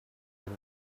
them